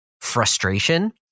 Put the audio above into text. frustration